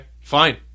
Fine